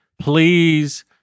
Please